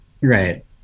Right